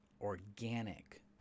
organic